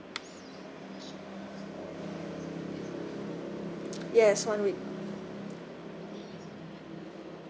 yes one week